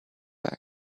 back